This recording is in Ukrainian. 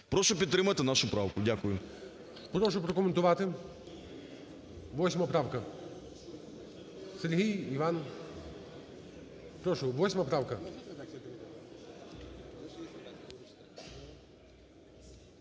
Прошу підтримати нашу правку. Дякую. ГОЛОВУЮЧИЙ. Прошу прокоментувати. Восьма правка. Сергій? Іван? Прошу, восьма правка.